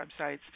websites